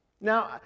Now